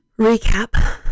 recap